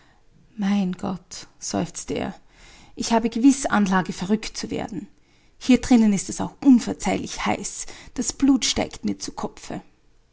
mein gott seufzte er ich habe gewiß anlage verrückt zu werden hier drinnen ist es auch unverzeihlich heiß das blut steigt mir zu kopfe